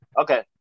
Okay